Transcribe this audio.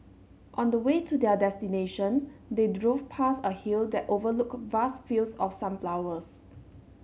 on the way to their destination they drove past a hill that overlooked vast fields of sunflowers